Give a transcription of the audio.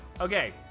Okay